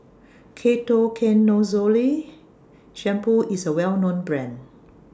Ketoconazole Shampoo IS A Well known Brand